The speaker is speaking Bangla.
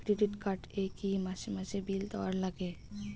ক্রেডিট কার্ড এ কি মাসে মাসে বিল দেওয়ার লাগে?